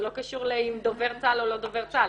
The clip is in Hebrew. זה לא קשור לדובר צה"ל או לא דובר צה"ל,